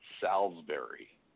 Salisbury